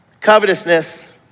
covetousness